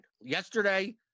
yesterday